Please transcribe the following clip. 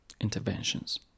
interventions